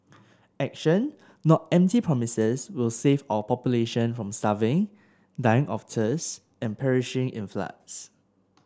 action not empty promises will save our populations from starving dying of thirst and perishing in floods